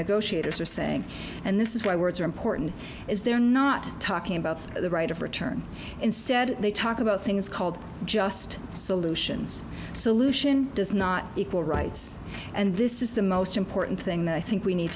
negotiators are saying and this is why words are important is they're not talking about the right of return instead they talk about things called just solutions solution does not equal rights and this is the most important thing that i think we need